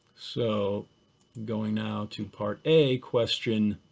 so going now to part a, question